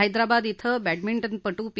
हैदराबाद क्वें बॅडमिंटनपटू पी